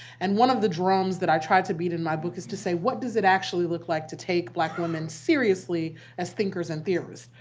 and one of the drums that i tried to beat in my book is to say, what does it actually look like to take black women seriously as thinkers and theorists?